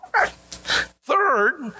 third